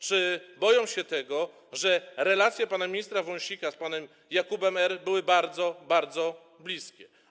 Czy boją się tego, że relacje pana ministra Wąsika z panem Jakubem R. były bardzo, bardzo bliskie?